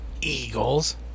Eagles